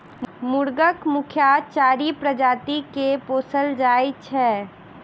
मुर्गाक मुख्यतः चारि प्रजाति के पोसल जाइत छै